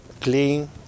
clean